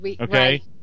Okay